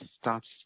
starts